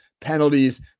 penalties